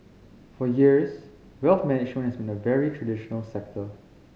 for years wealth management has been a very traditional sector